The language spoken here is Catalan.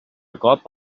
cop